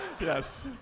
yes